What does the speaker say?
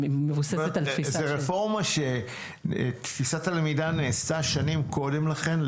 זו רפורמה שתפיסת הלמידה נעשתה שנים קודם לכן,